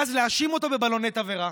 ואז להאשים אותו בבלוני תבערה,